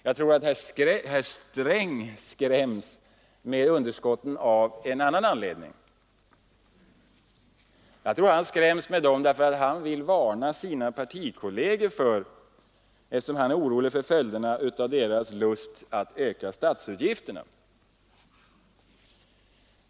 Jag tror att herr Sträng skräms med underskotten av en annan anledning; han vill varna sina partikolleger, eftersom han är orolig för följderna av deras lust att öka statsutgifterna.